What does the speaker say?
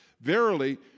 verily